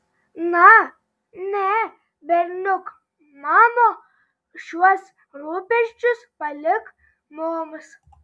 na ne berniuk mano šiuos rūpesčius palik mums